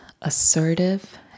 assertive